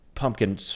pumpkin